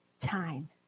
time